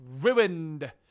Ruined